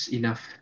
enough